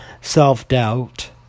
Self-doubt